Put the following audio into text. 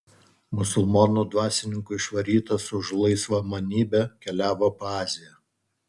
musulmonų dvasininkų išvarytas už laisvamanybę keliavo po aziją